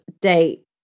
date